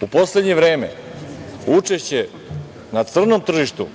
U poslednje vreme učešće na crnom tržištu